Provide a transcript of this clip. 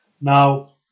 Now